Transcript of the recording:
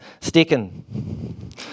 sticking